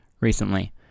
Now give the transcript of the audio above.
recently